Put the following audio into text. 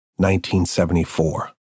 1974